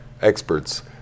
experts